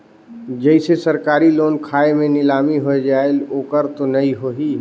जैसे सरकारी लोन खाय मे नीलामी हो जायेल ओकर तो नइ होही?